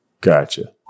Gotcha